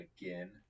again